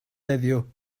heddiw